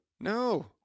No